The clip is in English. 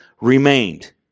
remained